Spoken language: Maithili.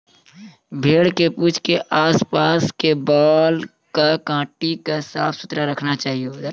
भेड़ के पूंछ के आस पास के बाल कॅ काटी क साफ सुथरा रखना चाहियो